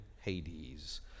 Hades